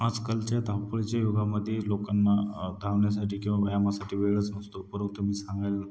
आजकालच्या धावपळीच्या युगामध्ये लोकांना धावण्यासाठी किंवा व्यायामासाठी वेळच नसतो पूर्वी तुम्ही सांगायला